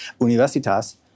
universitas